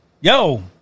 Yo